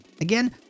Again